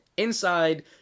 Inside